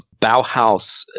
Bauhaus